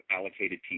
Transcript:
allocated